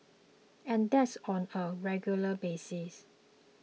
and that's on a regular basis